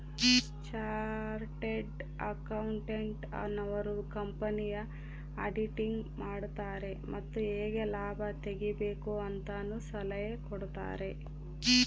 chartered accountant ನವರು ಕಂಪನಿಯ auditing ಮಾಡುತಾರೆ ಮತ್ತು ಹೇಗೆ ಲಾಭ ತೆಗಿಬೇಕು ಅಂತನು ಸಲಹೆ ಕೊಡುತಾರೆ